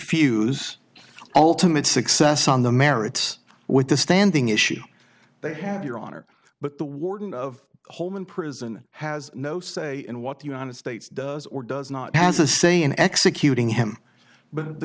confuse ultimate success on the merits with the standing issue they have your honor but the warden of holeman prison has no say in what the united states does or does not has a say in executing him but the